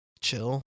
chill